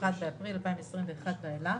מ-1 באפריל 2021 ואילך.